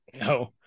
No